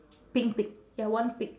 pink pig ya one pig